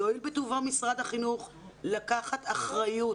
יואיל בטובו משרד החינוך לקחת אחריות